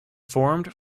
formed